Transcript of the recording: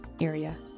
Area